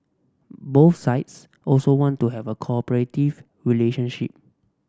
both sides also want to have a cooperative relationship